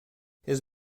his